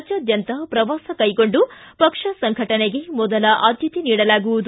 ರಾಜ್ಯಾದ್ಯಂತ ಪ್ರವಾಸ ಕೈಗೊಂಡು ಪಕ್ಷ ಸಂಘಟನೆಗೆ ಮೊದಲ ಆದ್ದತೆ ನೀಡಲಾಗುವುದು